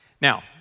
Now